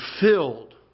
filled